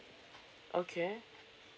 okay